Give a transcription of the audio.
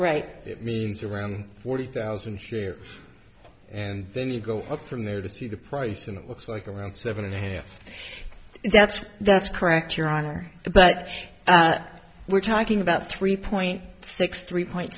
right it means around forty thousand shares and then you go up from there to see the price and it looks like around seven and a half that's that's correct your honor but we're talking about three point six three point